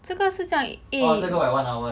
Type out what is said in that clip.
这个是叫你 eh